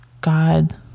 god